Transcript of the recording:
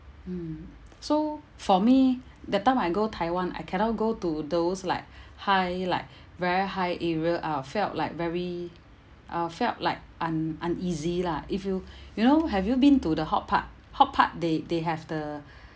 mm so for me that time I go taiwan I cannot go to those like high like very high area I'll felt like very I'll felt like un~ uneasy lah if you you know have you been to the hort park hort park they they have the